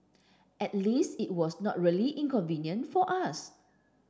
at least it was not really inconvenient for us